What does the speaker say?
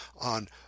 on